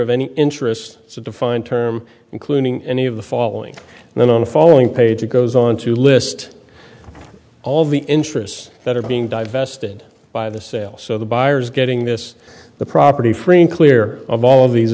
of any interest it's a defined term including any of the following and then on the following page it goes on to list all the interests that are being divested by the sale so the buyers getting this the property free and clear of all of these